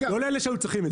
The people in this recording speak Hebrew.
לא לאלה שהיו צריכים את זה.